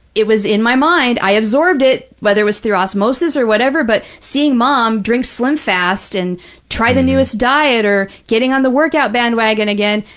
it was in my mind, i absorbed it, whether it was through osmosis or whatever, but seeing mom drink slimfast and try the newest diet or getting on the workout bandwagon again,